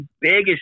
biggest